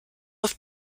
auf